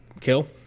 kill